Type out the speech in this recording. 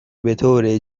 بطور